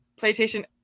PlayStation